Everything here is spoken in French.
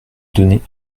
donner